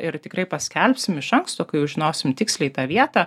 ir tikrai paskelbsim iš anksto kai jau žinosim tiksliai tą vietą